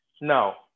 now